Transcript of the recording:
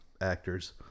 actors